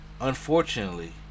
unfortunately